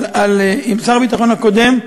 שר הביטחון הקודם,